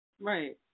Right